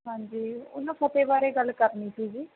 ਹਾਂਜੀ ਉਹ ਨਾ ਫਤਿਹ ਬਾਰੇ ਗੱਲ ਕਰਨੀ ਸੀ ਜੀ